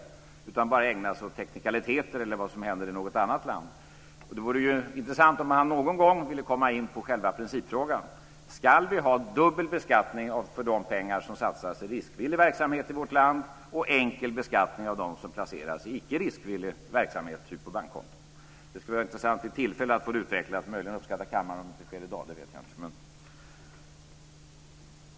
Han har bara ägnat sig åt teknikaliteter eller vad som händer i något annat land. Det vore intressant om han någon gång ville komma in på själva principfrågan. Ska vi ha dubbel beskattning på de pengar som satsas i riskvillig verksamhet i vårt land och enkel beskattning på de pengar som placeras i icke-riskvillig verksamhet, typ på bankkonto? Det skulle vara intressant att vid tillfälle få det utvecklat. Möjligen uppskattar kammaren om det inte sker i dag.